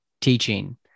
teaching